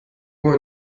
uhr